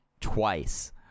twice